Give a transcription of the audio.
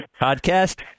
podcast